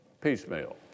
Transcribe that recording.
piecemeal